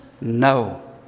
No